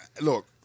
look